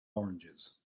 oranges